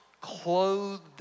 clothed